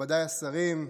מכובדיי השרים,